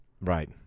Right